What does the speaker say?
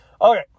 Okay